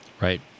right